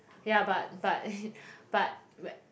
ya but but but whe~